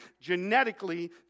genetically